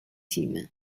team